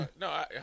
No